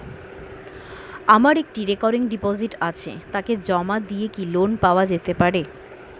আমার একটি recurring deposit আছে তাকে জমা দিয়ে কি লোন পাওয়া যেতে পারে?